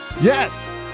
Yes